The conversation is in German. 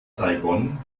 saigon